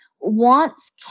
wants